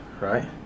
right